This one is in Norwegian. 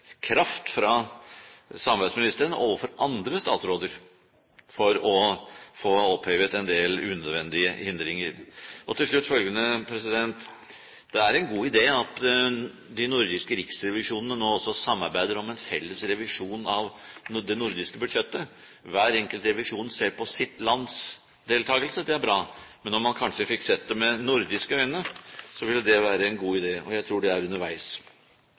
kraft fra samarbeidsministeren overfor andre statsråder for å få opphevet en del unødvendige hindringer. Til slutt følgende: Det er en god idé at de nordiske riksrevisjonene nå samarbeider om en felles revisjon av det nordiske budsjettet. Hver enkelt revisjon ser på sitt lands deltakelse, og det er bra. Men om man kanskje fikk sett det med nordiske øyne, ville det være en god idé, og jeg tror det er underveis.